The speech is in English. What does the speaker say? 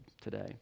today